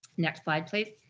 next slide, please.